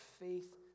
faith